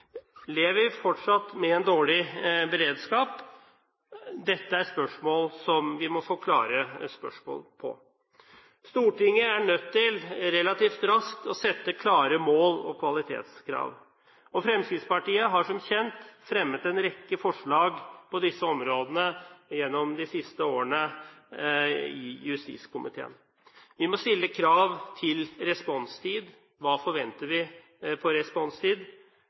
Lever vi fortsatt med en dårlig beredskap? Dette er spørsmål som vi må få klare svar på. Stortinget er nødt til relativt raskt å sette klare mål og kvalitetskrav, og Fremskrittspartiet har som kjent fremmet en rekke forslag på disse områdene gjennom de siste årene i justiskomiteen. Vi må stille krav til responstid. Hva forventer vi når det gjelder responstid,